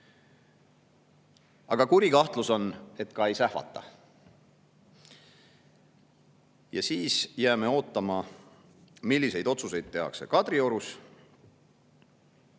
Aga kuri kahtlus on, et ei sähvata. Ja siis jääme ootama, milliseid otsuseid tehakse Kadriorus.